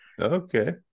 Okay